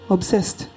Obsessed